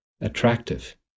attractive